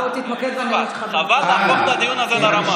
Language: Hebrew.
חברי הכנסת, זה מיותר.